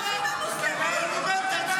האחים המוסלמים.